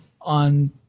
on